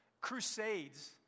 crusades